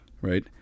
right